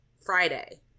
Friday